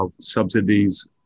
subsidies